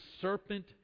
serpent